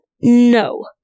No